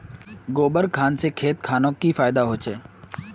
गोबर खान से खेत खानोक की फायदा होछै?